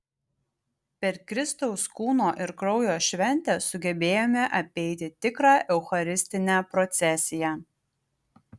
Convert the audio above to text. per kristaus kūno ir kraujo šventę sugebėjome apeiti tikrą eucharistinę procesiją